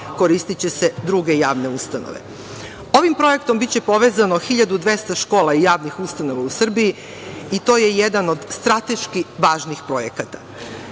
koristiće se druge javne ustanove. Ovim projektom biće povezano 1.200 škola i javnih ustanova u Srbiji i to je jedan od strateški važnih projekata. Kada